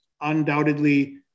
undoubtedly